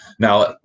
Now